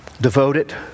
devoted